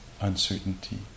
uncertainty